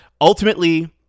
Ultimately